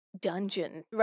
dungeon